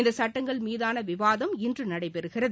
இந்த சட்டங்கள்மீதான விவாதம் இன்று நடைபெறுகிறது